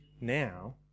now